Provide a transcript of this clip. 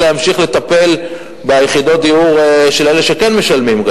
להמשיך לטפל ביחידות דיור של אלה שכן משלמים.